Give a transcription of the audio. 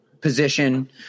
position